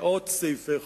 מאות סעיפי חוק,